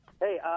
Hey